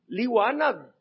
liwanag